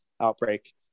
outbreak